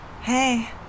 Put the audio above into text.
Hey